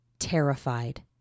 Terrified